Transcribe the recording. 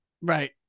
Right